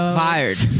fired